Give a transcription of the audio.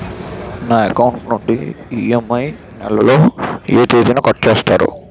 నా అకౌంట్ నుండి ఇ.ఎం.ఐ నెల లో ఏ తేదీన కట్ చేస్తారు?